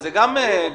זה גם בעייתי.